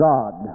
God